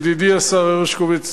ידידי השר הרשקוביץ,